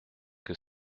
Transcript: que